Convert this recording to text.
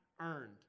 earned